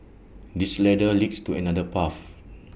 this ladder leads to another path